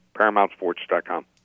ParamountSports.com